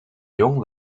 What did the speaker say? jong